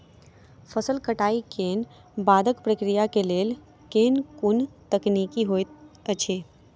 फसल कटाई केँ बादक प्रक्रिया लेल केँ कुन तकनीकी होइत अछि?